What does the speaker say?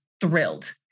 thrilled